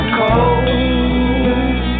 cold